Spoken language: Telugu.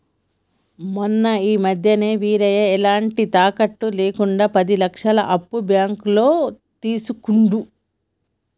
మొన్న ఈ మధ్యనే వీరయ్య ఎలాంటి తాకట్టు లేకుండా పది లక్షల అప్పు బ్యాంకులో తీసుకుండు